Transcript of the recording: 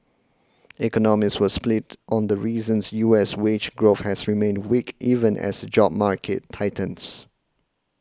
economists were split on the reasons U S wage growth has remained weak even as the job market tightens